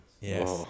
yes